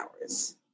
hours